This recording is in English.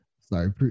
Sorry